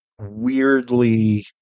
weirdly